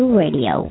radio